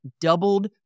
doubled